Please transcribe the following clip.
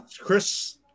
Chris